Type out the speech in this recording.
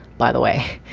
by the way,